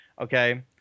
Okay